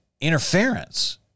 interference